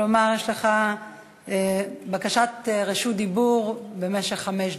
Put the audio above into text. כלומר יש לך רשות דיבור של חמש דקות.